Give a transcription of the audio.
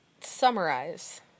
summarize